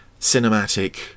cinematic